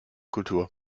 kultur